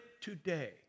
today